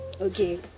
okay